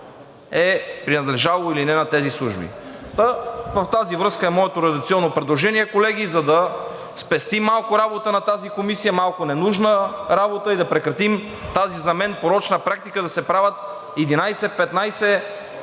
е принадлежало или не на тези служби. В тази връзка е моето редакционно предложение, колеги, за да спестим малко работа на тази комисия, малко ненужна работа, и да прекратим тази за мен порочна практика да се правят 11, 15